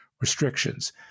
restrictions